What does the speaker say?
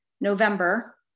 November